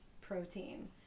protein